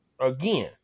Again